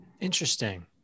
Interesting